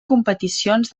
competicions